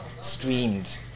streamed